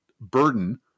burden